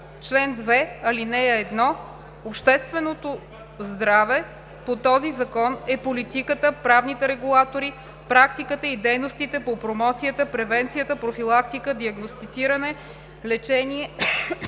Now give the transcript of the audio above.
така: „Чл. 2. (1) Общественото здраве, по този закон е политиката, правните регулатори, практиката и дейностите по промоцията, превенцията, профилактика, диагностициране, лечение